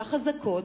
החזקות,